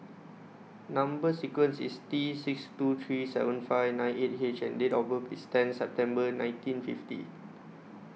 Number sequence IS T six two three seven five nine eight H and Date of birth IS ten September nineteen fifty